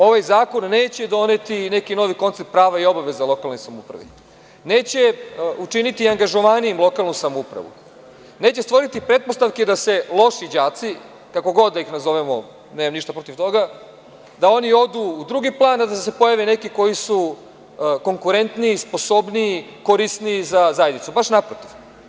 Ovaj zakon neće doneti neki novi koncept prava i obaveza lokalnoj samoupravi, neće učiniti angažovanijom lokalnu samoupravu, neće stvoriti pretpostavke da se loši đaci, kako god da ih nazovemo, nemam ništa protiv toga, da oni odu u drugi plan, a da se pojave neki koji su konkurentniji, sposobniji, korisniji za zajednicu, naprotiv.